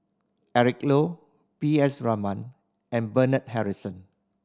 Eric Low P S Raman and Bernard Harrison